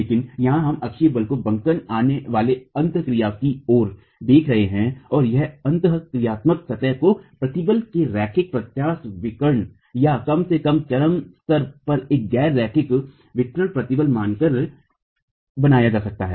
लेकिन यहां हम अक्षीय बल को बंकन वाले अंत क्रिया की ओर देख रहे हैं और एक अंतःक्रियात्मक सतह को प्रतिबल के रैखिक प्रत्यास्थ वितरण या कम से कम चरम स्तर पर एक गैर रैखिक वितरण प्रतिबल मानकर बनाया जा सकता है